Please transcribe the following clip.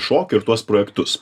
šokių ir tuos projektus